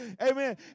Amen